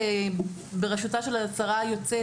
בראשותה של השרה היוצאת,